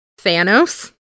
Thanos